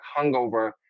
hungover